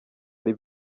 ari